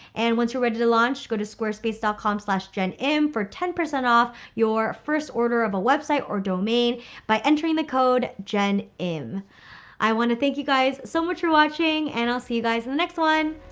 and once you're ready to launch go to squarespace dot com slash jennim for ten percent off your first order of a website or domain by entering the code jennim. i want to thank you guys so much for watching and i'll see you guys in the next one.